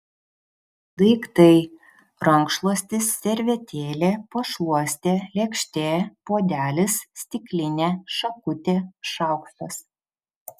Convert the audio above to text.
daiktai rankšluostis servetėlė pašluostė lėkštė puodelis stiklinė šakutė šaukštas